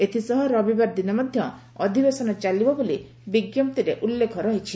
ଏଥିସହ ରବିବାର ଦିନ ମଧ୍ଘ ଅଧିବେଶନ ଚାଲିବ ବୋଲି ବିଙ୍କପ୍ତିରେ ଉଲ୍ଲେଖ ରହିଛି